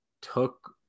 took